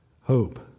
hope